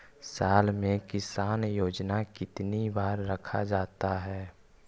साल में किसान योजना कितनी बार रखा जाता है?